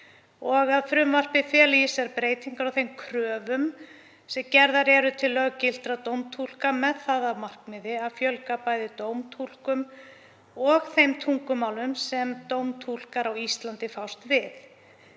Frumvarpið feli í sér breytingar á þeim kröfum sem gerðar eru til löggiltra dómtúlka með það að markmiði að fjölga bæði dómtúlkum og þeim tungumálum sem dómtúlkar á Íslandi fást við.